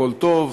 הכול טוב,